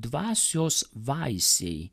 dvasios vaisiai